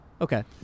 Okay